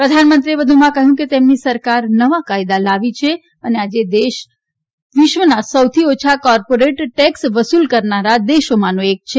પ્રધાનમંત્રીએ વધુમાં જણાવ્યું કે તેમની સરકાર નવા કાયદા લાવી છે અને આજે દેશ વિશ્વના સૌથી ઓછા કોર્પોરેટ ટેક્સ વસૂલ કરનારા દેશમાંનો એક છે